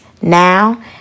Now